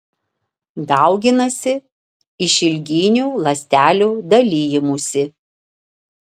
dauginasi išilginiu ląstelių dalijimusi